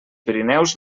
pirineus